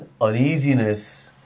uneasiness